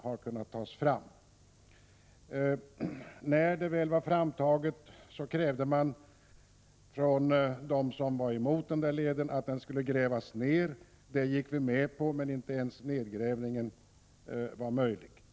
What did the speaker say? När frågan om ett sådant förslag väl aktualiserades, krävde de som var emot leden att denna skulle grävas ned. Det gick vi med på. Men inte ens det var möjligt.